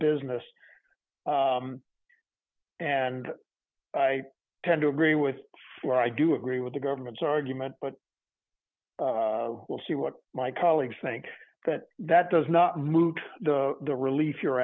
business and i tend to agree with four i do agree with the government's argument but we'll see what my colleagues think that that does not move the relief you're